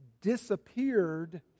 disappeared